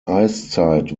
eiszeit